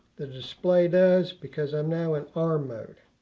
the display does, because i'm now in arm mode.